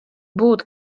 būt